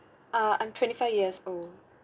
uh I'm twenty five years old